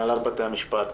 הנהלת בתי המשפט,